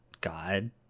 god